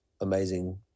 amazing